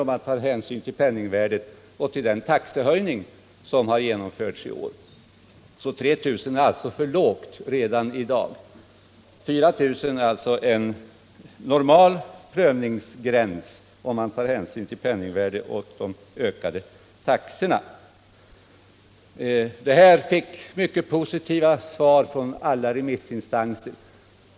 om man tar hänsyn till penningvärdet och till den taxehöjning som har genomförts i år. 3 000 är alltså för lågt redan i dag, och 4000 är en normal prövningsgräns om man tar hänsyn till penningvärdet och de ökade taxorna. Det blev mycket positiva svar från alla remissinstanser.